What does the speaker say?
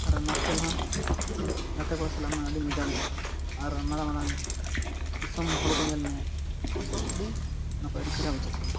ᱟᱨ ᱚᱱᱟ ᱠᱷᱮᱞ ᱦᱚᱸ ᱜᱟᱛᱮ ᱠᱚᱲᱟ ᱥᱟᱞᱟᱜ ᱢᱟ ᱟᱹᱰᱤ ᱢᱚᱡᱟ ᱵᱩᱡᱷᱟᱹᱜᱼᱟ ᱟᱨ ᱢᱟᱨᱟᱝ ᱢᱟᱨᱟᱝ ᱫᱤᱥᱚᱢ ᱦᱚᱲ ᱠᱚ ᱧᱮᱞ ᱢᱮᱭᱟ ᱵᱚᱪᱷᱚᱨ ᱟᱹᱰᱤ ᱱᱟᱯᱟᱭ ᱟᱹᱰᱤ ᱪᱮᱦᱨᱟ ᱵᱩᱡᱷᱟᱹᱜ ᱠᱟᱱᱟ